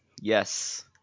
yes